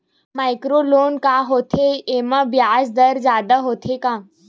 Micro loan का होथे येमा ब्याज दर जादा होथे का?